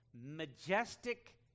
majestic